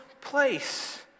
place